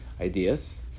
ideas